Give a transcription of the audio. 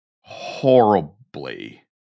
horribly